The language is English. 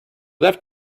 left